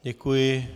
Děkuji.